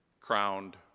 crowned